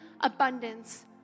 abundance